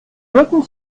rücken